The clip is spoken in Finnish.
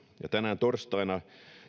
ja tänään torstaina